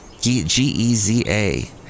G-E-Z-A